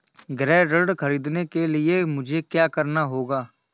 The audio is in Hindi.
गृह ऋण ख़रीदने के लिए मुझे क्या करना होगा?